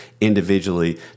individually